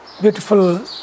beautiful